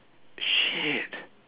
shit